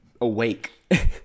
awake